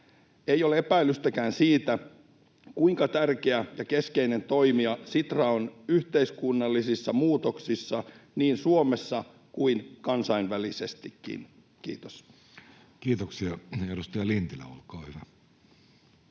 Ei ole epäilystäkään siitä, kuinka tärkeä ja keskeinen toimija Sitra on yhteiskunnallisissa muutoksissa niin Suomessa kuin kansainvälisestikin. — Kiitos. [Speech 125] Speaker: